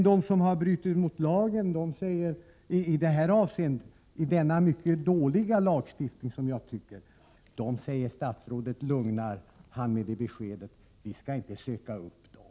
De som har brutit mot lagen i detta avseende — det är för övrigt en mycket dålig lagstiftning — lugnar dock statsrådet med att bestämt säga att vi inte skall söka upp dem.